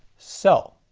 so.